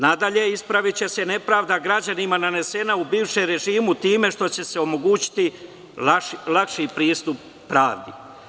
Nadalje, ispraviće se nepravda građanima, nanesena u bivšem režimu, time što će se omogućiti lakši pristup pravdi.